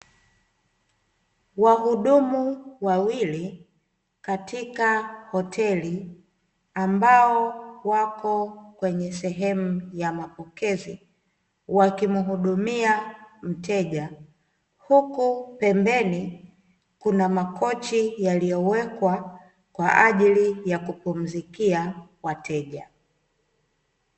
Wahudumu wawli katika hoteli ambao wapo katika sehemu ya mapokezi, wakimhudumia mteja huku pembeni kuna makochi yaliyowekwa kwajili ya kupunzikia wateja.